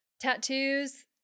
tattoos